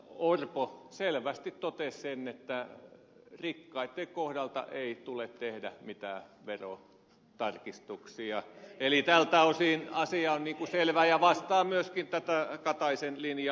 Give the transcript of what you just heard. orpo selvästi totesi sen että rikkaitten kohdalta ei tule tehdä mitään verotarkistuksia eli tältä osin asia on selvä ja tämä vastaa myöskin tätä kataisen linjaa